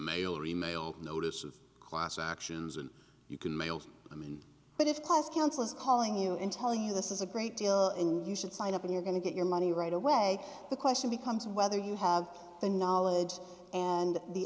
mail or e mail notices class actions and you can mail i mean but if cost council is calling you and telling you this is a great deal and you should sign up and you're going to get your money right away the question becomes whether you have the knowledge and the